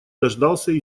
дождался